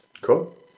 Cool